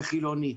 וחילוני.